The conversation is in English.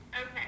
Okay